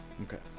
Okay